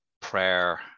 prayer